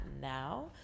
now